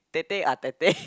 that day ah that day